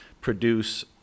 produce